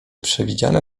przewidziane